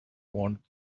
want